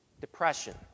Depression